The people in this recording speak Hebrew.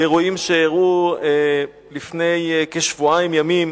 לאירועים שאירעו לפני כשבועיים ימים,